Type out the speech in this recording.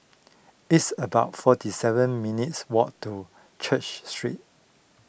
it's about forty seven minutes' walk to Church Street